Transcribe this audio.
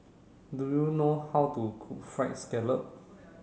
do you know how to cook fried scallop